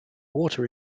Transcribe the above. water